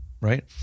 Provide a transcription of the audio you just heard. right